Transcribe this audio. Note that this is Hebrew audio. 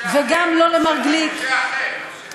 למשה אחר.